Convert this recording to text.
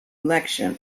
election